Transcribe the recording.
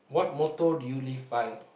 what motto do you live by